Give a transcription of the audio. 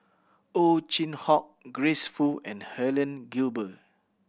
Ow Chin Hock Grace Fu and Helen Gilbey